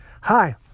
Hi